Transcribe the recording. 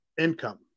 income